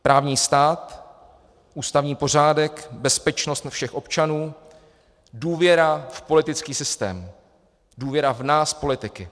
Právní stát, ústavní pořádek, bezpečnost všech občanů, důvěra v politický systém, důvěra v nás, politiky.